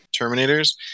terminators